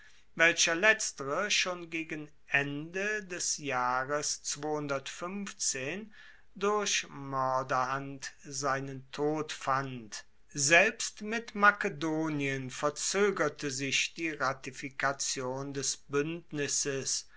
welcher letztere schon gegen ende des jahres durch moerderhand seinen tod fand selbst mit makedonien verzoegerte sich die ratifikation des buendnisses